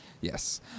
yes